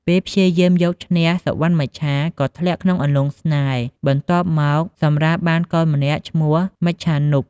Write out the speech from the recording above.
ពេលព្យាយាមយកឈ្នះសុវណ្ណមច្ឆាក៏ធ្លាក់ក្នុងអន្លង់ស្នេហ៍ បន្ទាប់មកសម្រាលបានកូនម្នាក់ឈ្មោះ មច្ចានុប។